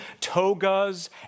togas